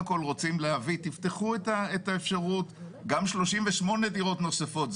תפתחו את האפשרות גם ל-38 דירות נוספות.